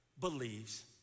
believes